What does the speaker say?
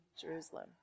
Jerusalem